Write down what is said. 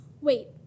Wait